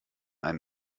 eine